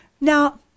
Now